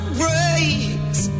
breaks